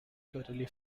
totally